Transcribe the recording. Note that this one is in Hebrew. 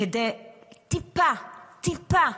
כדי טיפה, טיפה,